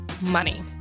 money